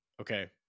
Okay